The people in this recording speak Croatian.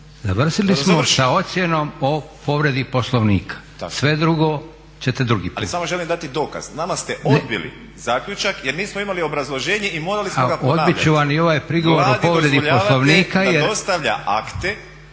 završili smo sa ocjenom o povredi Poslovnika, sve drugo ćete drugi put. **Borić, Josip (HDZ)** Ali samo želim dati dokaz. Nama ste odbili zaključak jer nismo imali obrazloženje i morali smo ga ponavljat. **Leko, Josip (SDP)** Odbit ću vam i ovaj prigovor o povredi Poslovnika